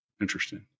Interesting